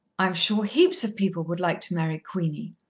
i'm sure heaps of people would like to marry queenie.